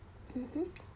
mm mm